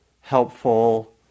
helpful